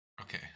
Okay